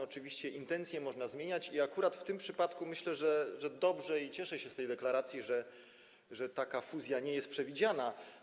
Oczywiście intencje można zmieniać i akurat w tym przypadku myślę, że to dobrze, i cieszę się z tej deklaracji, że taka fuzja nie jest przewidziana.